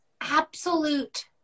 absolute